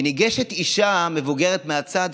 ניגשת אישה מבוגרת מהצד,